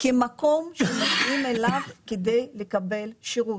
כמקור שמגיעים אליו כדי לקבל שירות,